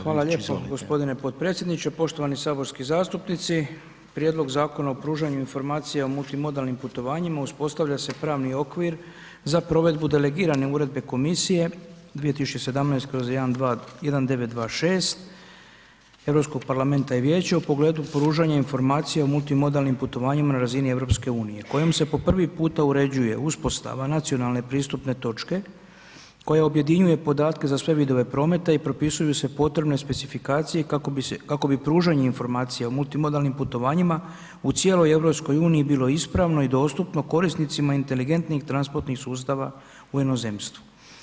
Hvala lijepo g. potpredsjedniče, poštovani saborski zastupnici, prijedlog Zakona o pružanju informacija o multimodalnim putovanja uspostavlja se pravni okvir za provedbu delegirane Uredbe komisije 2017/1926 Europskog parlamenta i vijeća u pogledu pružanja informacija o multimodalnim putovanjima na razini EU kojom se po prvi puta uređuje uspostava nacionalne pristupne točke koja objedinjuje podatke za sve vidove prometa i propisuju se potrebne specifikacije i kako bi se, kako bi pružanje informacija o multimodalnim putovanjima u cijeloj EU bilo ispravno i dostupno korisnicima inteligentnih transportnih sustava u inozemstvu.